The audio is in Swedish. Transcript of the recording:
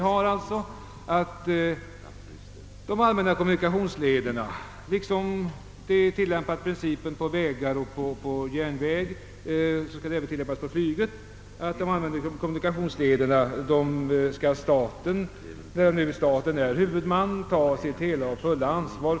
Den innebär att samma princip som tillämpas när det gäller övriga allmänna kommunikationsleder som vägar och järnvägar skall gälla i fråga om flyget. Detta betyder att staten som huvudman skall ta helt och fullt ansvar.